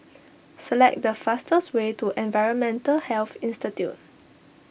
select the fastest way to Environmental Health Institute